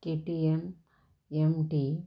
K T M M T